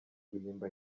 guhimba